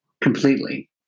Completely